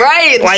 Right